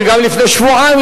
וגם לפני שבועיים,